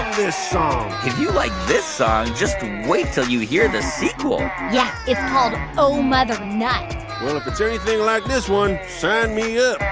this song if you like this song, just wait until you hear the sequel yeah. it's called o mother nut. well, if it's anything like this one, sign me ah